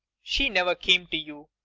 she never came to you.